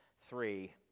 three